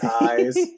eyes